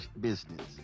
business